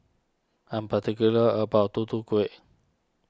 I'm particular about Tutu Kueh